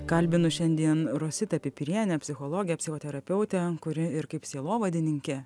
kalbinu šiandien rositą pipirienę psichologę psichoterapeutę kuri ir kaip sielovadininkė